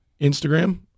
Instagram